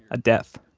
a death.